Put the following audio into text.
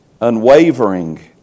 Unwavering